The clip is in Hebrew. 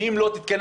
ואם לא תתכנס,